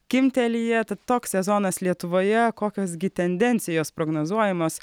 kimteliję tad toks sezonas lietuvoje kokios gi tendencijos prognozuojamos